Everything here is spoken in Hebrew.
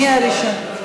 מי הראשון?